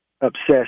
obsessed